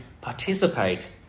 participate